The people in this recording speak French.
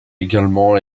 également